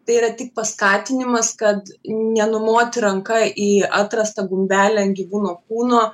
tai yra tik paskatinimas kad nenumot ranka į atrastą gumbelį ant gyvūno kūno